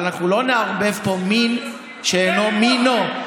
אבל אנחנו לא נערבב פה מין בשאינו מינו.